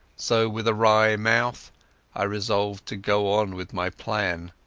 so with a wry mouth i resolved to go on with my plan.